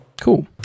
Cool